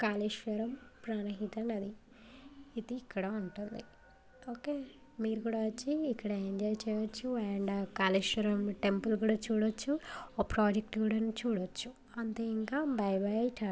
కాళేశ్వరం ప్రాణహిత నది ఇది ఇక్కడ ఉంటుంది ఓకే మీరు కూడా వచ్చి ఇక్కడ ఎంజాయ్ చేయవచ్చు అండ్ ఆ కాళేశ్వరం టెంపుల్ కూడా చూడవచ్చు ఆ ప్రోజెక్ట్ కూడా చూడచ్చు అంతే ఇంకా బై బై టా